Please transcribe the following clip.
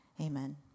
Amen